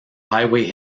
highway